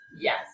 yes